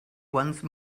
once